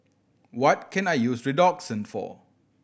what can I use Redoxon for